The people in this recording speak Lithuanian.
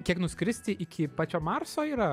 kiek nuskristi iki pačio marso yra